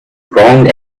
wrong